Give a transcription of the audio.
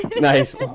Nice